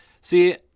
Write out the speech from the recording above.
See